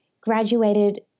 graduated